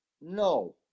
no